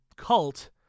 cult